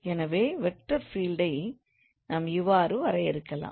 எனவே வெக்டார் ஃபீல்டை நாம் இவ்வாறு வரையறுக்கலாம்